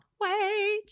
wait